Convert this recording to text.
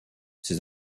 ces